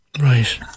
Right